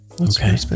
okay